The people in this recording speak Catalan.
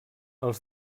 els